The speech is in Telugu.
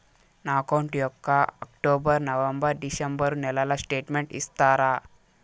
నా అకౌంట్ యొక్క అక్టోబర్, నవంబర్, డిసెంబరు నెలల స్టేట్మెంట్ ఇస్తారా?